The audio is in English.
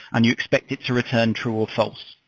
and you expect it to return true or false.